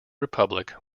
republic